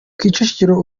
kicukiro